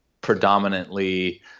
predominantly